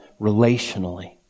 relationally